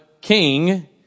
king